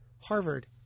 Harvard